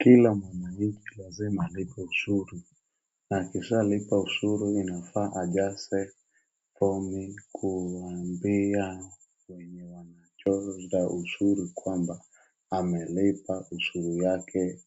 Kila mtu lazima alipe ushuru na akishalipa ushuru inafaa ajaze fomu kuambia watoza ushuru kwamba amelipa ushuru yake